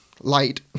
light